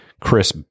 Chris